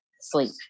sleep